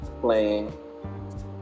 playing